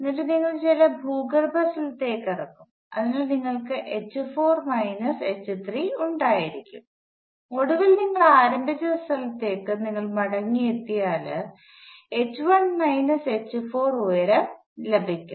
എന്നിട്ട് നിങ്ങൾ ചില ഭൂഗർഭ സ്ഥലത്തേക്ക് ഇറങ്ങും അതിനാൽ നിങ്ങൾക്ക് h4 മൈനസ് എച്ച്3 ഉണ്ടായിരിക്കും ഒടുവിൽ നിങ്ങൾ ആരംഭിച്ച സ്ഥലത്തേക്ക് നിങ്ങൾ മടങ്ങിയെത്തിയാൽ എച്ച് 1 മൈനസ് എച്ച് 4 ഉയരം ലഭിക്കും